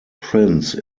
prince